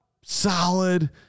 solid